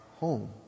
home